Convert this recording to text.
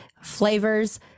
Flavors